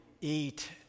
eat